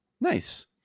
nice